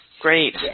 Great